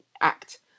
act